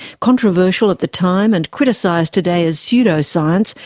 controversial at the time and criticised today as pseudoscience,